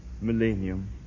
millennium